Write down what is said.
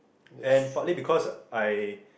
and partly because I